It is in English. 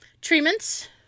treatments